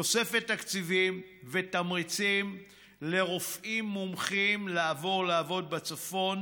תוספת תקציבים ותמריצים לרופאים מומחים לעבור לעבוד בצפון